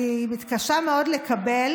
אני מתקשה מאוד לקבל